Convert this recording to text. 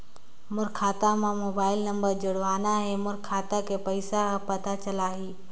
मोर खाता मां मोला मोबाइल नंबर जोड़वाना हे मोर खाता के पइसा ह पता चलाही?